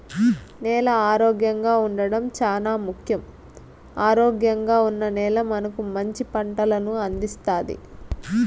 నేల ఆరోగ్యంగా ఉండడం చానా ముఖ్యం, ఆరోగ్యంగా ఉన్న నేల మనకు మంచి పంటలను అందిస్తాది